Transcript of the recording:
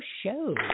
Show